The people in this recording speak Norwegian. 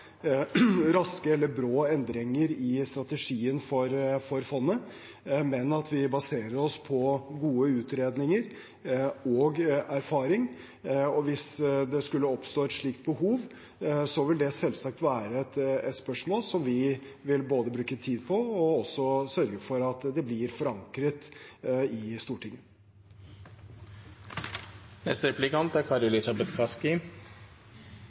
raske eller brå endringer i strategien for fondet, men at vi baserer oss på gode utredninger og erfaring. Hvis det skulle oppstå et slikt behov, vil det selvsagt være et spørsmål som vi både vil bruke tid på og sørge for at blir forankret i